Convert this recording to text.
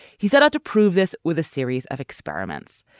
he set out to prove this with a series of experiments.